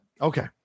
Okay